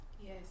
Yes